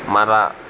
ಮರ